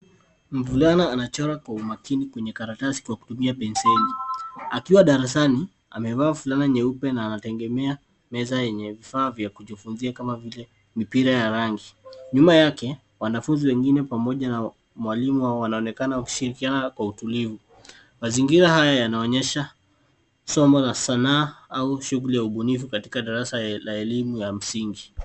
Mvulana anachora kwa umakini kwenye karatasi kwa kutumia penseli akiwa darasani. amevaa fulana nyeupe na anatengemea meza yenye vifaa vya kujifunzia kama vile mipira ya rangi. Nyuma yake, wanafunzi wengine pamoja na mwalimu wao wanaonekana wakishirikiana kwa utulivu. Mazingira haya yanaonyesha somo la sanaa au shughuli ya ubunifu katika darasa la elimu ya msingi.